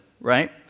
right